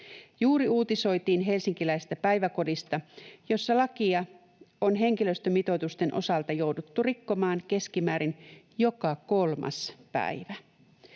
Juuri uutisoitiin helsinkiläisestä päiväkodista, jossa lakia on henkilöstömitoitusten osalta jouduttu rikkomaan keskimäärin joka kolmas päivä.